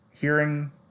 hearing